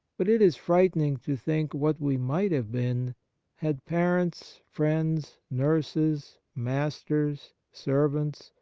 but it is frightening to think what we might have been had parents, friends, nurses, masters, servants,